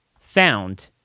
found